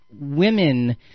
women